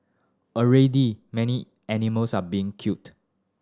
already many animals are being culled